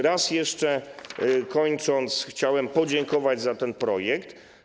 Raz jeszcze, kończąc, chciałem podziękować za ten projekt.